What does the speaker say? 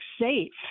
safe